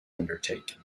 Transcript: undertaken